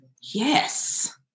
yes